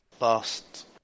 last